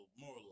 more